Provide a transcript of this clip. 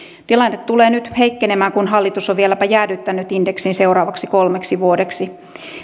tilanne tulee nyt heikkenemään kun hallitus on vieläpä jäädyttänyt indeksin seuraavaksi kolmeksi vuodeksi